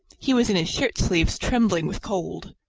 he was in his shirt sleeves trembling with cold.